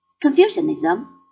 Confucianism